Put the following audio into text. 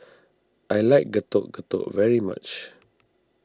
I like Getuk Getuk very much